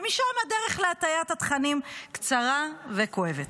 ומשם הדרך להטיית התכנים קצרה וכואבת.